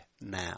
now